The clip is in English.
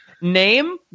name